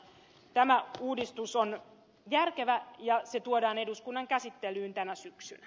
tämä uudistus on järkevä ja se tuodaan eduskunnan käsittelyyn tänä syksynä